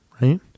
right